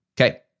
Okay